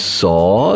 saw